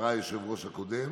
קרא היושב-ראש הקודם,